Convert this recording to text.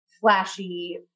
flashy